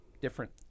Different